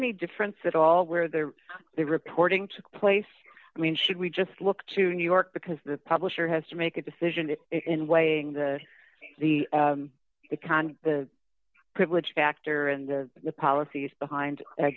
any difference at all where there the reporting took place i mean should we just look to new york because the publisher has to make a decision in weighing the the economy the privilege factor and the policies behind